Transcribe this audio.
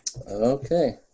Okay